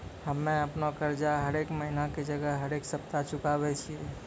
हम्मे अपनो कर्जा हरेक महिना के जगह हरेक सप्ताह चुकाबै छियै